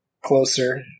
closer